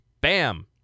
Bam